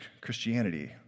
Christianity